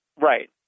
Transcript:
Right